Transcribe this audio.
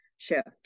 shift